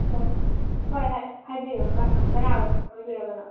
hello ꯍꯣꯏ ꯍꯣꯏ ꯍꯥꯏꯕꯤꯌꯨ ꯀꯅꯥ ꯑꯣꯏꯕꯤꯔꯕꯅꯣ